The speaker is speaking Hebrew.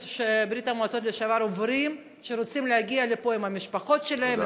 המועצות לשעבר עוברים כשהם רוצים להגיע לפה עם המשפחות שלהם,